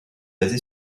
basée